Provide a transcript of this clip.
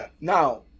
Now